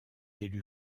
élu